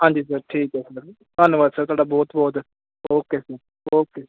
ਹਾਂਜੀ ਸਰ ਠੀਕ ਹੈ ਧੰਨਵਾਦ ਸਰ ਤੁਹਾਡਾ ਬਹੁਤ ਬਹੁਤ ਓਕੇ ਜੀ ਓਕੇ